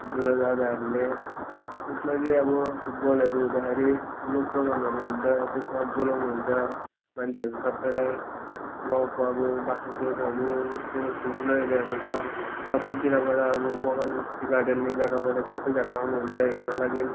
ठुल्ठुलो दादाहरूले जसमा कि अब फुटबलहरू हुँदाखेरि ठुल्ठुलो प्रोगामहरू हुन्छ त्यसमा बोलाउनुहुन्छ